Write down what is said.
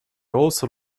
also